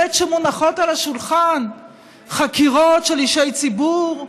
בעת שמונחות על השולחן חקירות של אישי ציבור?